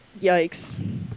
Yikes